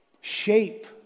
shape